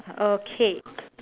okay